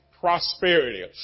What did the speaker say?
prosperity